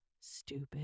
Stupid